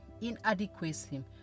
inadequacy